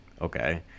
Okay